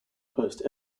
post